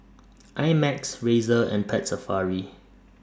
I Max Razer and Pet Safari